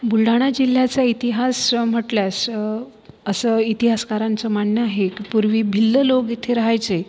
बुलढाण्या जिल्ह्याचा इतिहास म्हटल्यास असं इतिहासकारांचं म्हणणं आहे कि पूर्वी भिल्लं लोक इथं राहायचे